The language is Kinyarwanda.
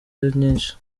nyinshi